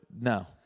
No